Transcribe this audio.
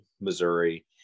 missouri